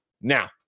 now